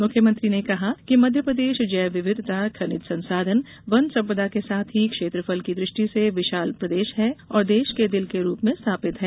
मुख्यमंत्री ने कहा कि मध्यप्रदेश जैव विविधता खनिज संसाधन वन सम्पदा के साथ ही क्षेत्रफल की दृष्टि से विशाल प्रदेश है और देश के दिल के रूप में स्थापित है